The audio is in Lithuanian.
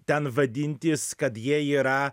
ten vadintis kad jie yra